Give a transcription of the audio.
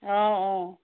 অঁ অঁ